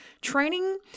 training